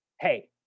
Hey